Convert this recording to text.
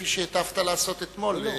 כפי שהיטבת לעשות אתמול.